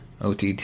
OTT